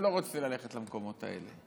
אני לא רוצה ללכת למקומות האלה.